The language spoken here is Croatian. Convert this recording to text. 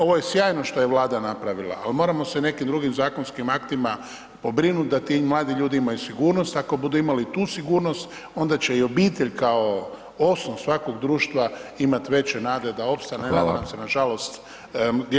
Ovo je sjajno što je Vlada napravila, al moramo se nekim drugim zakonskim aktima pobrinut da ti mladi ljudi imaju sigurnost, ako budu imali tu sigurnost onda će i obitelj kao osnov svakog društva imat veće nade da opstane [[Upadica: Hvala]] a ne da nam se nažalost djeca rastaju.